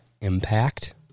Impact